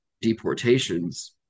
deportations